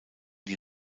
die